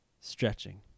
stretching